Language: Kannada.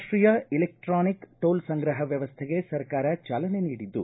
ರಾಷ್ಟೀಯ ಇಲೆಕ್ಟಾನಿಕ್ ಟೋಲ್ ಸಂಗ್ರಹ ವ್ಯವಸ್ಥೆಗೆ ಸರ್ಕಾರ ಚಾಲನೆ ನೀಡಿದ್ದು